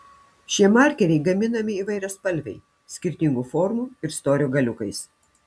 šie markeriai gaminami įvairiaspalviai skirtingų formų ir storio galiukais